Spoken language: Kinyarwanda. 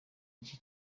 iki